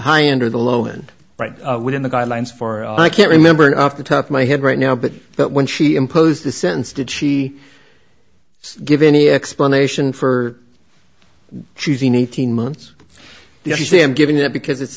high end or the low end right within the guidelines for i can't remember off the top of my head right now but but when she imposed the sentence did she give any explanation for choosing eighteen months you say i'm giving it because it's